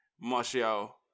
Martial